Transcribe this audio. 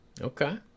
Okay